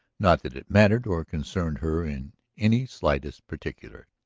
not that it mattered or concerned her in any slightest particular.